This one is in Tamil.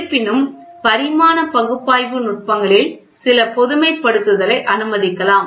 இருப்பினும் பரிமாண பகுப்பாய்வு நுட்பங்களில் சில பொதுமைப்படுத்தலை அனுமதிக்கலாம்